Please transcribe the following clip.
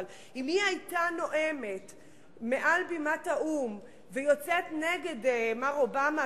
אם היא היתה נואמת מעל בימת האו"ם ויוצאת נגד מר אובמה,